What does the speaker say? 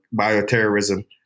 bioterrorism